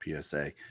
PSA